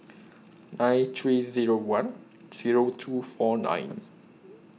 nine three Zero one Zero two four nine